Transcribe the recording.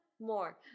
more